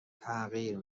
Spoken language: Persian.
تغییر